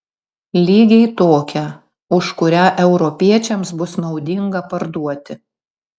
lygiai tokią už kurią europiečiams bus naudinga parduoti